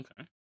okay